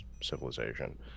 civilization